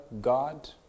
God